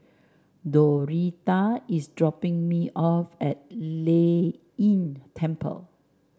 Doretha is dropping me off at Lei Yin Temple